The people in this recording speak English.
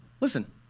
Listen